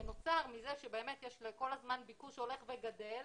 שנוצר מזה שיש כל הזמן ביקוש הולך וגדל